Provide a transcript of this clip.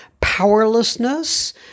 powerlessness